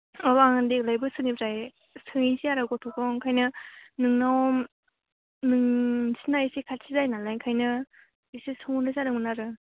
औ आं देग्लाय बोसोरनिफ्राय सोहैसै आरो गथ'खौ ओंखायनो नोंनाव नोंसिना एसे खाथि जायो नालाय ओंखायनो एसे सोंहरनाय जादोंमोन आरो